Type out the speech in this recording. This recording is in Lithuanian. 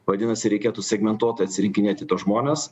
vadinasi reikėtų segmentuotai atsirinkinėti tuos žmones